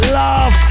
love